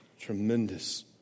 tremendous